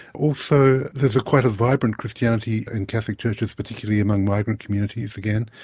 also, there's a quite a vibrant christianity in catholic churches, particularly among migrant communities again.